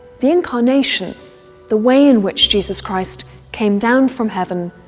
the incarnation the way in which jesus christ came down from heaven,